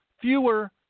fewer